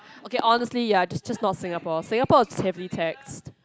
okay honestly ya just just not Singapore Singapore is heavy tax